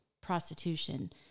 prostitution